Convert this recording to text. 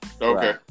Okay